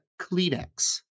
Kleenex